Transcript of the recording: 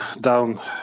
down